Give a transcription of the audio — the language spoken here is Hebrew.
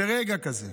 ברגע כזה.